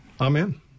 Amen